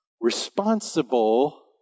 Responsible